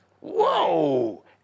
Whoa